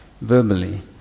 verbally